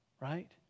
right